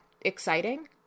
exciting